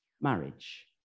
marriage